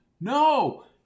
No